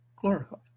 glorified